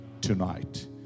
tonight